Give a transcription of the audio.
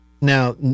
Now